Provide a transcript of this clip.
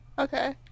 Okay